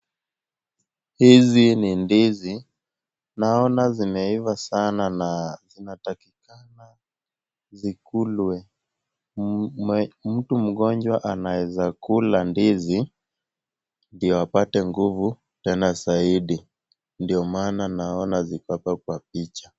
Hizi ni ndizi. Naona zimeiva sana na zinatakikana zikulwe. Mtu mgonjwa anaweza kula ndizi ndio apate nguvu tena zaidi. Ndio maana naona ziko hapa kwa picha.